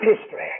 history